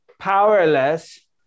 powerless